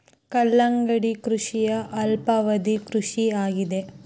ಕಲ್ಲಂಗಡಿ ಕೃಷಿಯ ಅಲ್ಪಾವಧಿ ಕೃಷಿ ಆಗಿದೆ